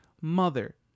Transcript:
mother